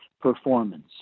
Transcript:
performance